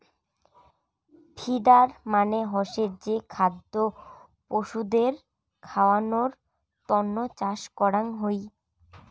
feeder মানে হসে যে খাদ্য পশুদের খাওয়ানোর তন্ন চাষ করাঙ হই